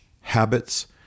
habits